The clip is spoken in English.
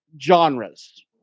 genres